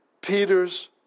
Peter's